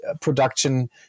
production